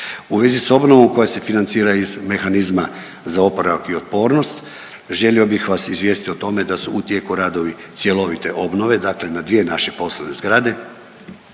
U vezi s obnovom koja se financira iz Mehanizma za oporavak i otpornost, želio bih vas izvijestiti o tome da su u tijeku radovi cjelovite obnove, dakle na dvije naše poslovne zgrade,